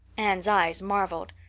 anne's eyes marveled.